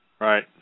Right